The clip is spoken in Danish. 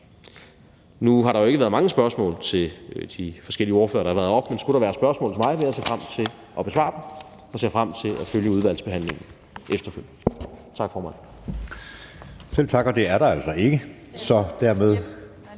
Nu har der jo ikke været mange spørgsmål til de forskellige ordførere, der har været heroppe, men skulle der være spørgsmål til mig, vil jeg se frem til at besvare dem. Og jeg ser frem til at følge udvalgsbehandlingen efterfølgende. Tak, formand.